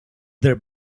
their